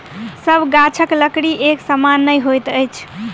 सभ गाछक लकड़ी एक समान नै होइत अछि